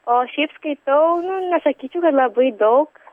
o šiaip skaitau nu nesakysčiau kad labai daug